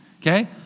okay